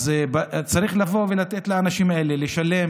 אז צריך לבוא ולתת לאנשים האלה לשלם